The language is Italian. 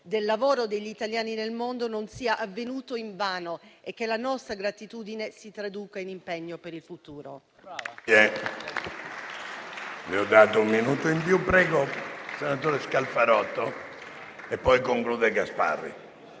del lavoro degli italiani nel mondo non sia avvenuto invano e che la nostra gratitudine si traduca in impegno per il futuro.